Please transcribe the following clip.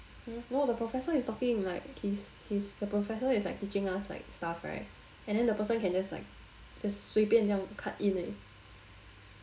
mm no the professor is talking like he's he's the professor is like teaching us like stuff right and then the person can just like just 随便这样 cut in eh